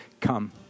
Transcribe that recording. Come